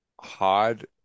hard